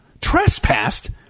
trespassed